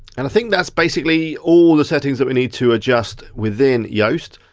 and i think that's basically all the settings that we need to adjust within yoast.